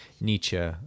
Nietzsche